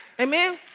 Amen